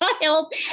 child